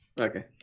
okay